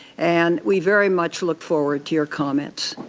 and we very much look forward to your comments.